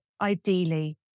ideally